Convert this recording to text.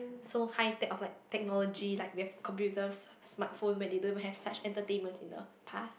so high tech of like technology like we have computers smartphone when they don't even have such entertainments in the past